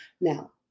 Now